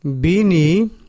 bini